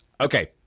Okay